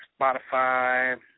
Spotify